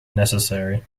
necessary